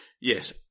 Yes